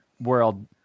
world